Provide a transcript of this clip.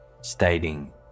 stating